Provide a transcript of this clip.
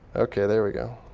ok, there we go.